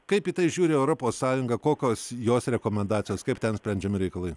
kaip į tai žiūri europos sąjunga kokios jos rekomendacijos kaip ten sprendžiami reikalai